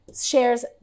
shares